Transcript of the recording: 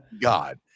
God